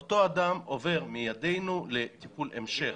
אותו אדם עובר מידינו לטיפול המשך,